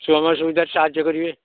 ସମୟ ସୁବିଧାରେ ସାହାଯ୍ୟ କରିବେ